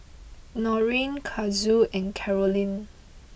Norine Kazuo and Carolynn